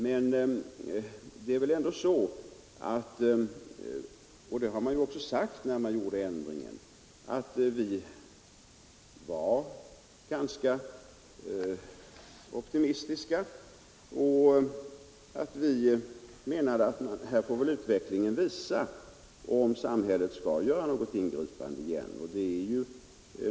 Men när ändringen genomfördes förklarade vi ju att vi var ganska optimistiska och att utvecklingen fick visa om samhället skulle göra några nya ingripanden.